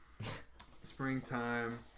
springtime